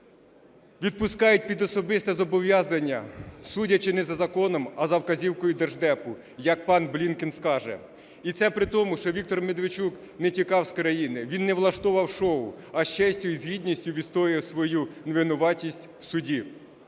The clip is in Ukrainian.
відпускають під особисте зобов'язання, судячи не за законом, а за вказівкою Держдепу, як пан Блінкен скаже. І це при тому, що Віктор Медведчук не тікав з країни, він не влаштовував шоу, а з честю і з гідністю відстоював свою невинуватість в суді.